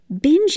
Binge